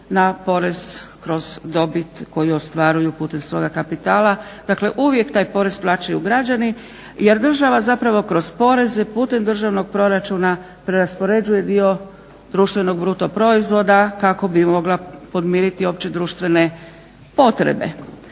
na porez kroz dobit koju ostvaruju putem svoga kapitala. Dakle uvijek taj porez plaćaju građani jer država zapravo kroz poreze putem državnog proračuna preraspoređuje dio društvenog BDP-a kako bi mogla podmiriti opće društvene potrebe.